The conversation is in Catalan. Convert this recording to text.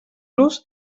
los